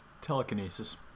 telekinesis